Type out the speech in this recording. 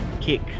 kick